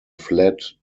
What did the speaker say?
fled